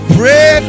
pray